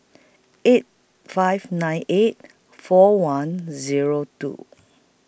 eight five nine eight four one Zero two